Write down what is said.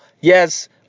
Yes